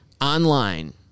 online